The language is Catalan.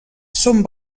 són